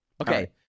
okay